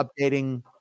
updating